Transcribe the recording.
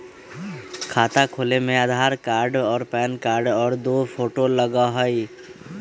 खाता खोले में आधार कार्ड और पेन कार्ड और दो फोटो लगहई?